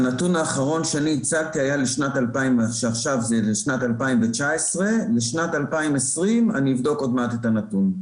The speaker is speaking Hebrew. הנתון האחרון שאני הצגתי היה לשנת 2019. לשנת 2020 אני אבדוק עוד מעט את הנתון.